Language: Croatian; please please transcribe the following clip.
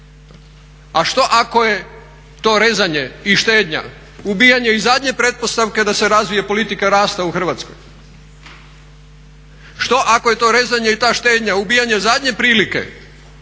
A što ako je to rezanje i štednja ubijanje i zadnje pretpostavke da se razvije politika rasta u Hrvatskoj? Što ako je to rezanje i ta štednja ubijanje zadnje prilike